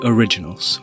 Originals